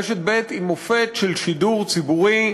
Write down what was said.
רשת ב' היא מופת של שידור ציבורי,